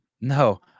No